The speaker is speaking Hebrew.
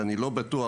שאני לא בטוח,